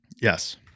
Yes